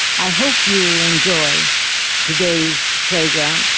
i hope you will enjoy today's program,